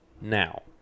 Now